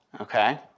Okay